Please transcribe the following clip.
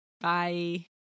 Bye